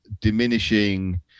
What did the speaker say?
diminishing